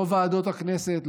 לא בוועדות הכנסת,